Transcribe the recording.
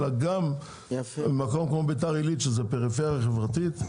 אלא גם מקום כמו ביתר עילית שהוא פריפריה חברתית.